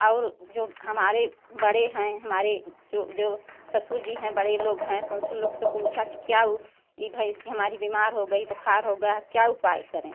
और जो हमारे बड़े हैं हमारे जो जो ससुर जी हैं बड़े लोग हैं तो उनसे लोग से पूछा कि क्या ऊ ई भैंस हमारी बीमार हो गई बुखार हो गया है क्या उपाय करें